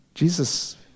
Jesus